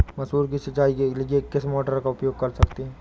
मसूर की सिंचाई के लिए किस मोटर का उपयोग कर सकते हैं?